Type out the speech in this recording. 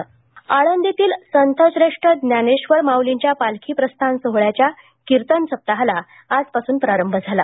माउली पालखी सोहळा आळंदीतील संतश्रेष्ठ ज्ञानेश्वर माउलींच्या पालखी प्रस्थान सोहोळ्याच्या कीर्तन सप्ताहाला आजपासून प्रारंभ झाला